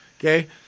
okay